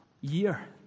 year